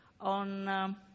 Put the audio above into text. on